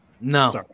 No